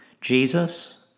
Jesus